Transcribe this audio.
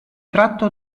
tratto